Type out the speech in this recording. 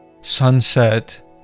sunset